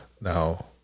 Now